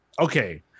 Okay